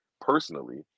personally